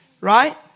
Right